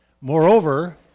Moreover